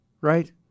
right